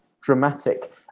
dramatic